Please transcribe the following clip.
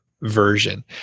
version